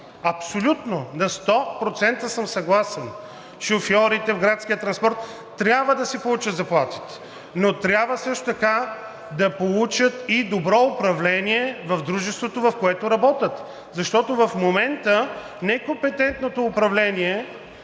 Абсолютно, сто процента съм съгласен – шофьорите в градския транспорт трябва да си получат заплатите, но трябва също така да получат и добро управление в дружеството, в което работят, защото в момента некомпетентното управление